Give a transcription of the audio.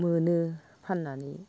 मोनो फाननानै